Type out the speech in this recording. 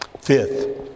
Fifth